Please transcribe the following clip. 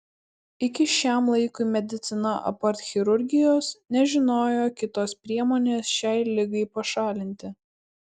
iki šiam laikui medicina apart chirurgijos nežinojo kitos priemonės šiai ligai pašalinti